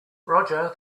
roger